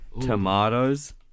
Tomatoes